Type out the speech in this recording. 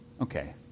Okay